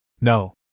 No